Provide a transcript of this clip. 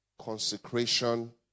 consecration